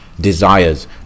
desires